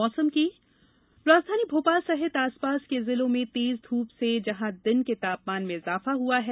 मौसम राजधानी भोपाल सहित आसपास के जिलों में तेज धूप से यहां दिन का तापमान में इजाफा हुआ है